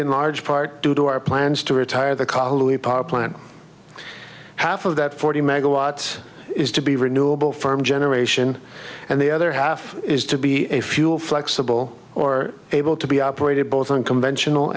in large part due to our plans to retire the kahlua power plant half of that forty megawatts is to be renewable farm generation and the other half is to be a fuel flexible or able to be operated both on conventional